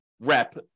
rep